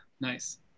nice